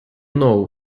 know